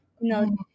No